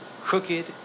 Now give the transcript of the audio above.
Crooked